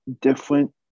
different